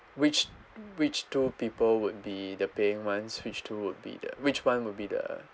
which which two people would be the paying [ones] which two would be the which [one] would be the